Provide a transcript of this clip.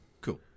Cool